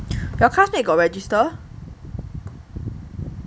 your classmate got register